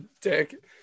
Dick